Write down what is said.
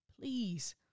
please